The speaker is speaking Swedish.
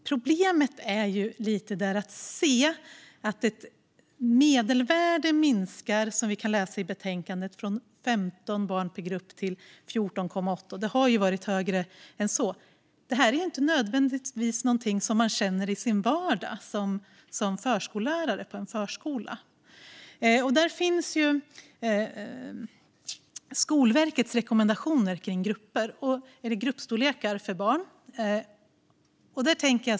Problemet är där lite att se att ett medelvärde minskar, som vi kan läsa i betänkandet, från 15 barn per grupp till 14,8. Det har varit högre än så. Men det är inte nödvändigtvis någonting som man känner i sin vardag som förskollärare på en förskola. Där finns Skolverkets rekommendationer för gruppstorlekar för barn.